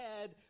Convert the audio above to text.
head